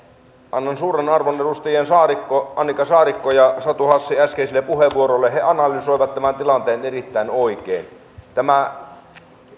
annan suuren arvon edustajien annika saarikko ja satu hassi äskeisille puheenvuoroille he analysoivat tämän tilanteen erittäin oikein tämä